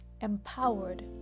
empowered